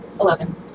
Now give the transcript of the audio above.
Eleven